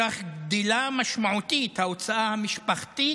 בכך גדלה משמעותית ההוצאה המשפחתית